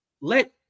Let